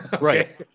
Right